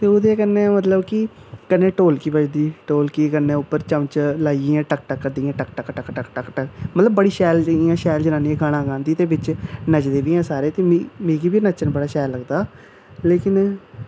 ओह्दे कन्नै मतलब कि कन्नै ढोलकी बजदी ढोलकी कन्नै उप्पर चमचा लाइयै इ'यां टक टक करदे टक टक टक मतलव बड़ी शैल इ'यां शैल जनानियां गाना गांदियां ते बिच्च नचदे बी हैन सारे ते मिगी बी नच्चन बड़ा शैल लगदा लेकिन